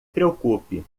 preocupe